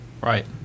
Right